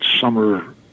summer